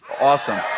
Awesome